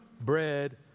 bread